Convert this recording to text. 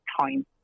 time